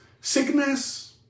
sickness